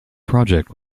project